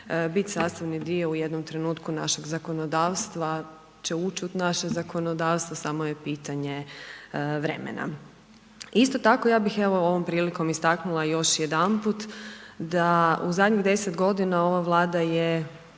bit sastavni dio u jednom trenutku našeg zakonodavstva, će uć' u naše zakonodavstvo, samo je pitanje vremena. Isto tako ja bih evo ovom prilikom istaknula još jedanput da u zadnjih deset godina ova Vlada je